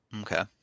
Okay